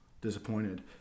disappointed